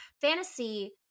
fantasy